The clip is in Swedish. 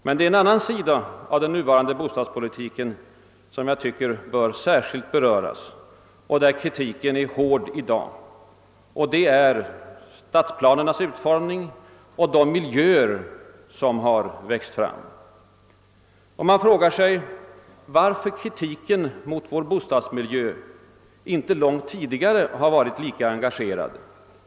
Det finns en annan sida av den nuvarande bostadspolitiken som bör särskilt beröras och mot vilken kritiken är hård i dag, nämligen stadsplanernas utformning och de miljöer som har vuxit fram. Man frågar sig kanske varför kritiken mot vår bostadsmiljö inte långt tidigare har varit lika engagerad.